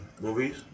movies